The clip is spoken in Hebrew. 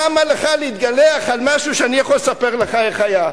למה לך להתגלח על משהו שאני יכול לספר לך איך היה?